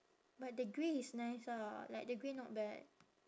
but the grey is nice ah like the grey not bad